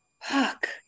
Fuck